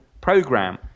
program